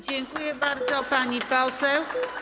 Dziękuję bardzo, pani poseł.